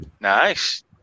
Nice